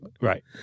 Right